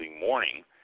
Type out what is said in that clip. morning